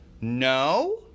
no